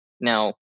now